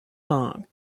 song